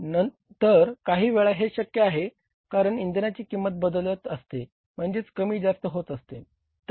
तर काही वेळा हे शक्य आहे कारण इंधनाची किंमत बदलत असते म्हणजेच कमी जास्त होत असते